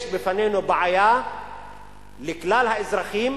יש בפנינו בעיה לכלל האזרחים.